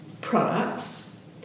products